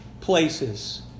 places